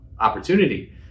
opportunity